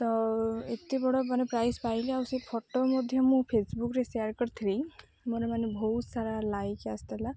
ତ ଏତେ ବଡ଼ ମାନେ ପ୍ରାଇଜ ପାଇଲି ଆଉ ସେ ଫଟୋ ମଧ୍ୟ ମୁଁ ଫେସବୁକ୍ରେ ସେୟାର କରିଥିଲି ମୋର ମାନେ ବହୁତ ସାରା ଲାଇକ ଆସିଥିଲା